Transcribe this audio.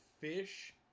Fish